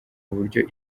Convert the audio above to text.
uburyo